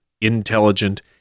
intelligent